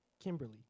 Kimberly